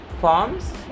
forms